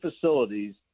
facilities